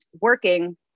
working